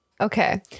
Okay